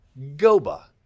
GOBA